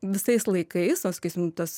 visais laikais o sakysim tas